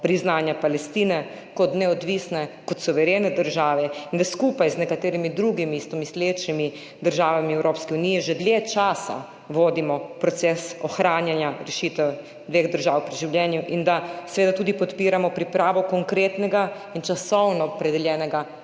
priznanja Palestine kot neodvisne in suverene države in da skupaj z nekaterimi drugimi istomislečimi državami v Evropski uniji že dlje časa vodimo proces ohranjanja rešitev dveh držav pri življenju in da seveda tudi podpiramo pripravo konkretnega in časovno opredeljenega